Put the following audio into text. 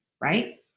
right